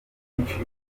myinshi